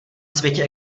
světě